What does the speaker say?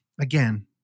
Again